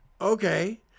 Okay